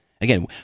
Again